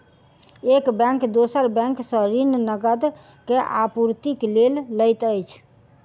एक बैंक दोसर बैंक सॅ ऋण, नकद के आपूर्तिक लेल लैत अछि